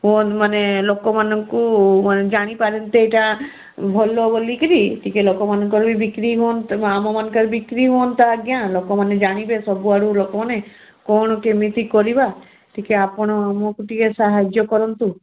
ମାନେ ଲୋକମାନଙ୍କୁ ମାନ ଜାଣିପାରନ୍ତେ ଏଇଟା ଭଲ ବୋଲିକିରି ଟିକେ ଲୋକମାନଙ୍କର ବି ବିକ୍ରି ହୁଅନ୍ତା ଆମମାନଙ୍କରେ ବିକ୍ରି ହୁଅନ୍ତା ଆଜ୍ଞା ଲୋକମାନେ ଜାଣିବେ ସବୁଆଡ଼ୁ ଲୋକମାନେ କ'ଣ କେମିତି କରିବା ଟିକେ ଆପଣ ଆମକୁ ଟିକେ ସାହାଯ୍ୟ କରନ୍ତୁ